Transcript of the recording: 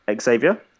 Xavier